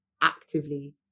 actively